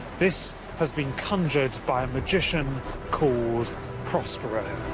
this has been conjured by a magician called prospero.